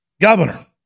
governor